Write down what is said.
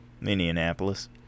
Minneapolis